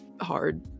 hard